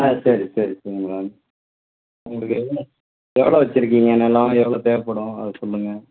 ஆ சரி சரி சரிங்க மேடம் உங்களுக்கு எவ்வளோ எவ்வளோ வச்சுருக்கீங்க நிலம் எவ்வளோ தேவைப்படும் அது சொல்லுங்கள்